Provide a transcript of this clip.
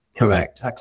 Correct